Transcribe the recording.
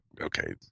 okay